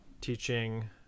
teaching